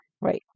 Right